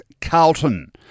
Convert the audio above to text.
Carlton